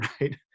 right